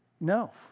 No